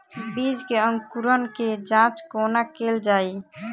बीज केँ अंकुरण केँ जाँच कोना केल जाइ?